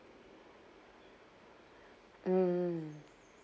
mm